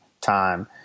time